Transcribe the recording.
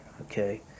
okay